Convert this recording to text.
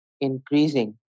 increasing